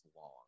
long